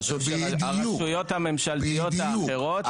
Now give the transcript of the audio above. חשוב שהרשויות הממשלתיות האחרות --- בדיוק.